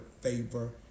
favor